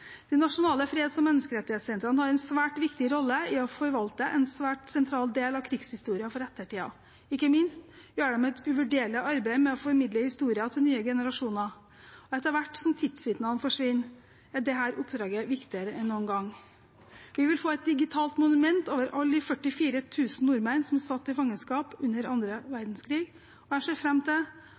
De nasjonale freds- og menneskerettighetssentrene har en svært viktig rolle i å forvalte en svært sentral del av krigshistorien for ettertiden. Ikke minst gjør de et uvurderlig arbeid med å formidle historien til nye generasjoner. Etter hvert som tidsvitnene forsvinner, er dette oppdraget viktigere enn noen gang. Vi vil få et digitalt monument over alle de 44 000 nordmennene som satt i fangenskap under annen verdenskrig. Jeg ser fram til